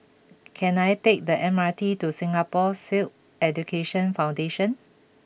can I take the M R T to Singapore Sikh Education Foundation